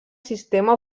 sistema